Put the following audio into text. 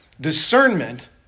Discernment